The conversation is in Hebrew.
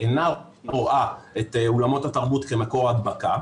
הבריאות אינה רואה את אולמות התרבות כמקור הדבקה,